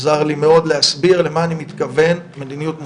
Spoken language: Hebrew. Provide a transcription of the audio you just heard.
עזר לי מאוד להסביר למה אני מתכוון "מדיניות מוצהרת,